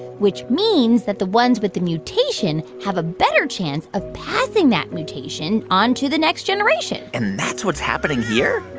which means that the ones with the mutation have a better chance of passing that mutation onto the next generation and that's what's happening here?